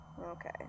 Okay